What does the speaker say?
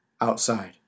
outside